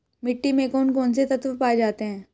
मिट्टी में कौन कौन से तत्व पाए जाते हैं?